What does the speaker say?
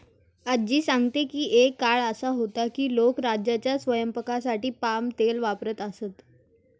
आज्जी सांगते की एक काळ असा होता की लोक रोजच्या स्वयंपाकासाठी पाम तेल वापरत असत